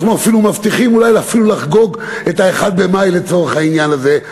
אנחנו מבטיחים אולי אפילו לחגוג את ה-1 במאי לצורך העניין הזה,